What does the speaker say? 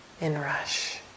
inrush